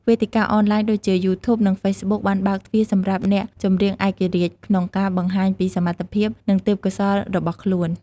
វេទិកាអនឡាញដូចជា យូធូប និងហ្វេសប៊ុកបានបើកទ្វារសម្រាប់អ្នកចម្រៀងឯករាជ្យក្នុងការបង្ហាញពីសមត្ថភាព និងទេសពកោសល្យរបស់ខ្លួន។